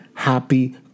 Happy